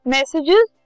Messages